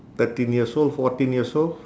thirteen years old fourteen years old